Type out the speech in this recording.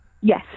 Yes